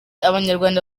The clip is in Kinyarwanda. abanyarwanda